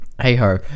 Hey-ho